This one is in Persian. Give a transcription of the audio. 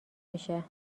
میشه